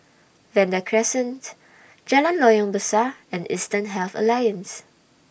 Vanda Crescent Jalan Loyang Besar and Eastern Health Alliance